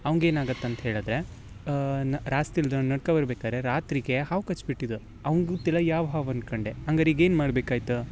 ಅವ್ಗೆ ಏನು ಆಗತ್ತಂತ ಹೇಳಿದ್ರೆ ರಸ್ತೆಲಿ ಇದ್ದವ್ನು ನಡ್ಕೊಂಡ್ಬರ್ಬೇಕಾದ್ರೆ ರಾತ್ರಿಗೆ ಹಾವು ಕಚ್ಚಿ ಬಿಟ್ಟಿದೆ ಅವಗ್ ಗೊತ್ತಿಲ್ಲ ಯಾವ ಹಾವು ಅಂದ್ಕೊಂಡೆ ಹಂಗಾರೆ ಈಗ ಏನು ಮಾಡಬೇಕಾಯ್ತ